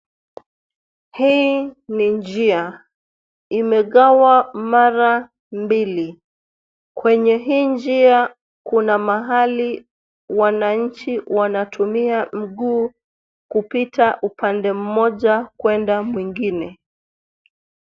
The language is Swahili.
Hii ni njia, imegawa mara mbili. Kwenye hii njia kuna mahali wananchi wanatumia mguu kupita upande mmoja kwenda mwingine.